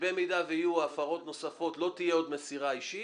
שאם יהיו הפרות נוספות לא תהיה עוד מסירה אישית,